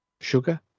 sugar